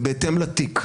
זה בהתאם לתיק.